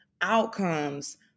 outcomes